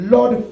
Lord